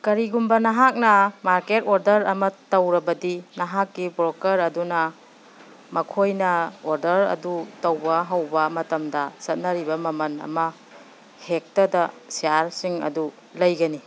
ꯀꯔꯤꯒꯨꯝꯕ ꯅꯍꯥꯛꯅ market order ꯑꯃ ꯇꯧꯔꯕꯗꯤ ꯅꯍꯥꯛꯀꯤ ꯕ꯭ꯔꯣꯀꯔ ꯑꯗꯨꯅ ꯃꯈꯣꯏꯅ ꯑꯣꯗꯔ ꯑꯗꯨ ꯇꯧꯕ ꯍꯧꯕ ꯃꯇꯝꯗ ꯆꯠꯅꯔꯤꯕ ꯃꯃꯜ ꯑꯃ ꯍꯦꯛꯇꯗ ꯁꯤꯌꯥꯔꯁꯤꯡ ꯑꯗꯨ ꯂꯩꯒꯅꯤ